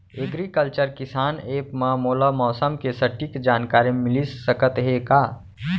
Agriculture किसान app मा मोला मौसम के सटीक जानकारी मिलिस सकत हे का?